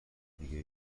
دیگه